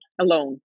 Alone